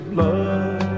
love